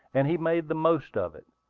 and he made the most of it.